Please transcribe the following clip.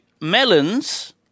melons